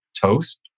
Toast